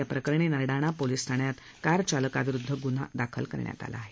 याप्रकरणी नरडाणा पोलिस ठाण्यात कार चालकाविरुध्द गुन्हा दाखल केला आहे